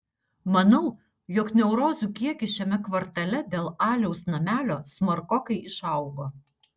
manau jog neurozių kiekis šiame kvartale dėl aliaus namelio smarkokai išaugo